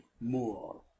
more